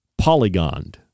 polygoned